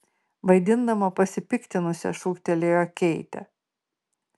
vaidindama pasipiktinusią šūktelėjo keitė